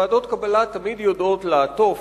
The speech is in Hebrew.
ועדות קבלה תמיד יודעות לעטוף